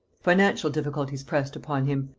financial difficulties pressed upon him,